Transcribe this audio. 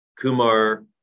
Kumar